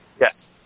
Yes